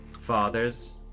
fathers